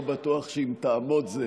לא בטוח שאם תעמוד זה